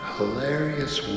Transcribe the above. Hilarious